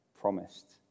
promised